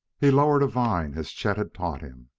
he lowered a vine as chet had taught him,